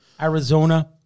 Arizona